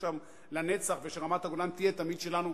שם לנצח ושרמת-הגולן תהיה תמיד שלנו,